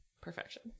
perfection